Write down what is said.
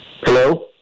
Hello